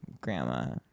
grandma